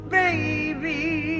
baby